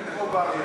מוגבל.